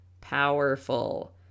Powerful